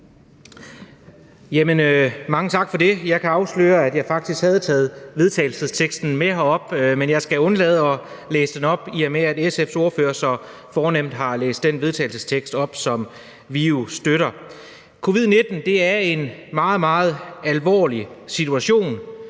Mange tak for det. Jeg kan afsløre, at jeg faktisk havde taget forslaget til vedtagelse med herop, men jeg skal undlade at læse det op, i og med at SF's ordfører så fornemt har læst det forslag til vedtagelse, som vi jo støtter, op. Covid-19-situationen er en meget, meget alvorlig situation.